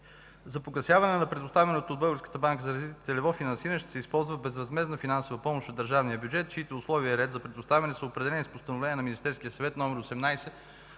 За погасяване на предоставеното от Българската банка за развитие целево финансиране ще се използва безвъзмездна финансова помощ от държавния бюджет, чиито условия и ред за предоставяне са определени с Постановление на Министерския съвет № 18